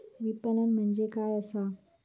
विपणन म्हणजे काय असा?